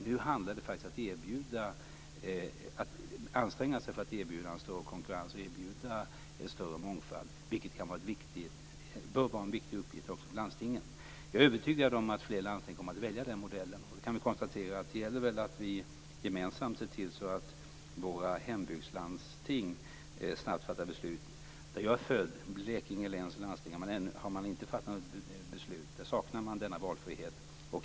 Nu handlar det faktiskt om att anstränga sig för att erbjuda en större konkurrens och en större mångfald, vilket bör vara en viktig uppgift också för landstingen. Jag är övertygad om att fler landsting kommer att välja den modellen. Då kan vi konstatera att det väl gäller att vi gemensamt ser till att våra hembygdslandsting snabbt fattar beslut. Där jag är född, i Blekinge läns landsting, har man inte fattat något beslut. Där saknas denna valfrihet.